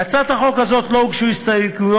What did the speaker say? להצעת החוק הזאת לא הוגשו הסתייגויות,